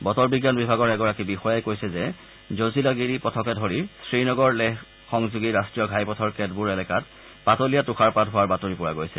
বতৰ বিজ্ঞান বিভাগৰ এগৰাকী বিষয়াই কৈছে যে জজিলাগিৰি পথকে ধৰি শ্ৰীনগৰ লেহ সংযোগী ৰাট্টীয় ঘাইপথৰ কেতবোৰ এলেকাত পাতলীয়া তুষাৰপাত হোৱাৰ বাতৰি পোৱা গৈছে